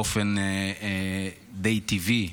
באופן די טבעי,